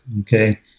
okay